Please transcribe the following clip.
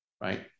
right